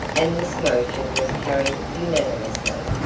and this motion was carried unanimously.